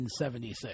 1976